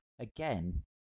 again